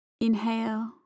Inhale